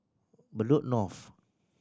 Bedok North